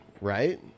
right